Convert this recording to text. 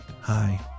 Hi